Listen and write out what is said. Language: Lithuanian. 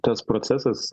tas procesas